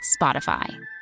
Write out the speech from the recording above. Spotify